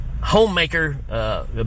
homemaker